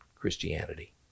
Christianity